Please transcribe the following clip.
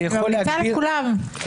אני ממליצה לכולם.